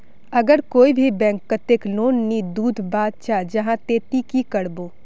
अगर कोई भी बैंक कतेक लोन नी दूध बा चाँ जाहा ते ती की करबो?